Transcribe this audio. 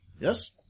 Yes